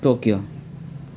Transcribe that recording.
Tokyo